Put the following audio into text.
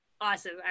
Awesome